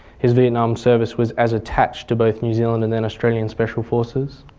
his vietnam service was as attached to both new zealand and then australian special forces.